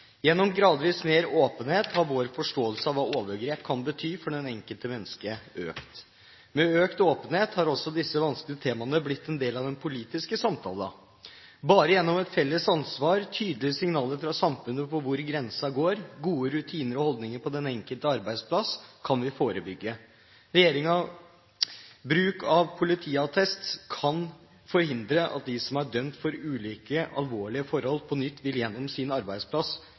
Gjennom gradvis mer åpenhet har vår forståelse av hva overgrep kan bety for det enkelte menneske, økt. Med økt åpenhet har også disse vanskelige temaene blitt en del av den politiske samtalen. Bare gjennom et felles ansvar, tydelige signaler fra samfunnet om hvor grensen går, gode rutiner og holdninger på den enkelte arbeidsplass kan vi forebygge. Bruk av politiattest kan forhindre at de som er dømt for ulike alvorlige forhold, på nytt, gjennom sin arbeidsplass